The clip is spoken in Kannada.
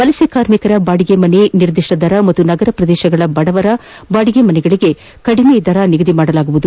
ವಲಸೆ ಕಾರ್ಮಿಕರ ಬಾದಿಗೆ ಮನೆಗೆ ನಿರ್ದಿಷ್ಟ ದರ ಹಾಗೂ ನಗರ ಪ್ರದೇಶದ ಬಡವರ ಬಾದಿಗೆ ಮನೆಗಳಿಗೆ ಕಡಿಮೆ ದರ ನಿಗದಿಪಡಿಸಲಾಗುವುದು